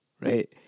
Right